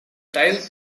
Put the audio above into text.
tile